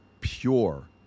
pure